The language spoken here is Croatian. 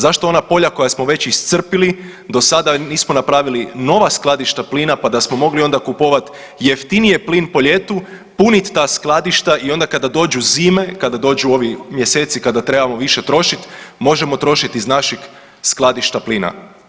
Zašto ona polja koja smo već iscrpili do sada nismo napravili nova skladišta plina, pa da smo mogli onda kupovati jeftinije plin po ljetu, punit ta skladišta i onda kada dođu zime, kada dođu ovi mjeseci kada trebamo više trošiti možemo trošiti iz naših skladišta plina.